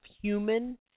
human